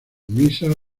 misas